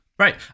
Right